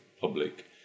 public